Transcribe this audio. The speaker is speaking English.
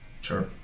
Sure